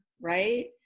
right